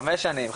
חמש שנים,